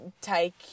take